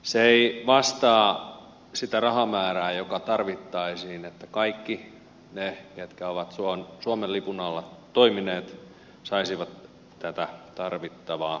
se ei vastaa sitä rahamäärää joka tarvittaisiin että kaikki ne jotka ovat suomen lipun alla toimineet saisivat tätä tarvittavaa kuntoutusta